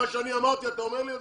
מה שאמרתי אתה אומר לי?